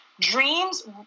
dreams